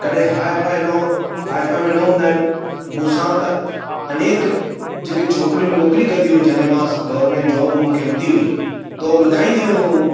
कॾहिं हायफ़ाय न हायफ़ाय में न हूंदा आहिनि मूं सां त अनेक जेके छोकिरियूं नौकिरी कंदी हुजनि ऐं मां गवर्मेंट जॉब मूंखे हूंदी हुई त उहो ॿुधाईंदी हुयूं